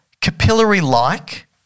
capillary-like